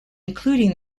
including